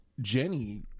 Jenny